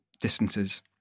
distances